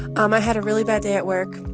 um i had a really bad day at work.